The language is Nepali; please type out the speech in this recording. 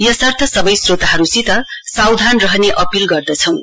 यसर्थ सबै श्रोतहरुलाई सावधान रहने अपील गर्दछौं